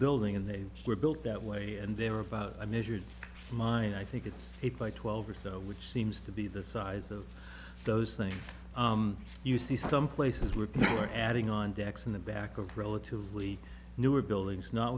building and they were built that way and they were about i measured mine i think it's eight by twelve or so which seems to be the size of those things you see some places where people are adding on decks in the back of relatively newer buildings not